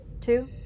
two